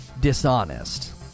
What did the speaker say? dishonest